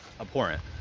abhorrent